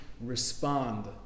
respond